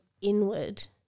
inward